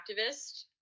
activist